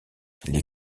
les